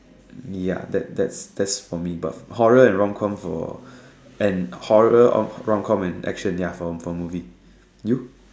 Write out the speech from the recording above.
ya that that that's for me but horror and romcom for and horror rom romcom and action for movie you